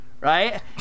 right